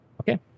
Okay